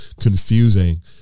confusing